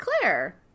Claire